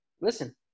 listen